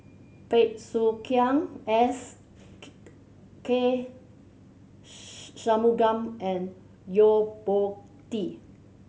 Bey Soo Khiang S K Shanmugam and Yo Po Tee